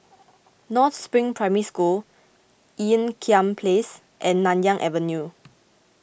North Spring Primary School Ean Kiam Place and Nanyang Avenue